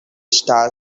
star